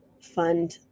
fund